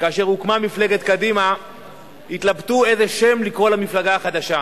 שכאשר הוקמה מפלגת קדימה התלבטו איזה שם לקרוא למפלגה החדשה.